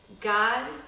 God